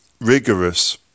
rigorous